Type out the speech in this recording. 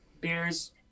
beers